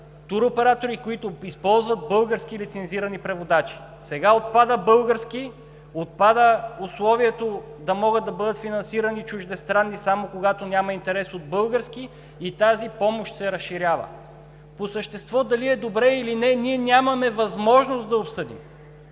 туроператори, които използват български лицензирани превозвачи. Сега отпада „български“, отпада условието да могат да бъдат финансирани чуждестранни, само когато няма интерес от български, и тази помощ се разширява. По същество дали е добре или не, ние нямаме възможност да обсъдим.